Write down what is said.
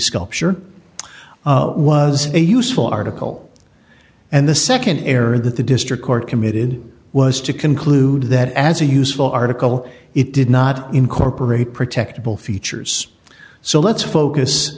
sculpture was a useful article and the nd error that the district court committed was to conclude that as a useful article it did not incorporate protectable features so let's focus